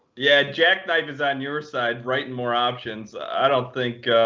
yeah, jackknife is on your side writing more options. i don't think